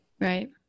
Right